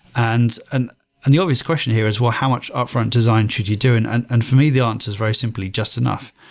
and and and the obvious question here is, how much upfront design should you do? and and and for me, the answer is very simply just enough.